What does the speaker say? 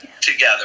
together